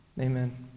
Amen